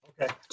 Okay